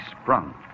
sprung